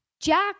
Jack